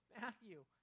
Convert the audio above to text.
Matthew